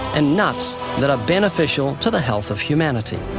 and nuts that are beneficial to the health of humanity.